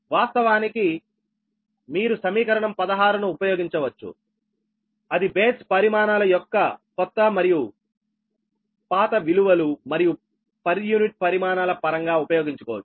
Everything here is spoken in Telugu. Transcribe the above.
వాస్తవానికి మీరు సమీకరణం 16 ను ఉపయోగించవచ్చు అది బేస్ పరిమాణాల యొక్క కొత్త మరియు పాత విలువలు మరియు పర్ యూనిట్ పరిమాణాల పరంగా ఉపయోగించుకోవచ్చు